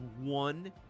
one